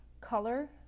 color